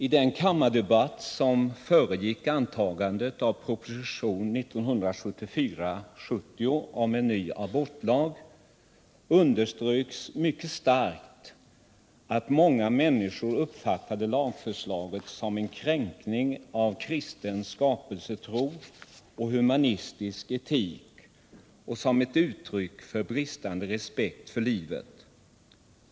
I den kammardebatt som föregick antagandet av propositionen 1974:70 om en ny abortlag underströks mycket starkt att många människor uppfattade lagförslaget som en kränkning av kristen skapelsetro och humanistisk etik och som ett uttryck för bristande respekt för livet.